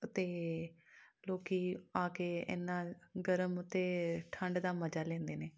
ਅਤੇ ਲੋਕ ਆ ਕੇ ਐਨਾ ਗਰਮ ਅਤੇ ਠੰਢ ਦਾ ਮਜ਼ਾ ਲੈਂਦੇ ਨੇ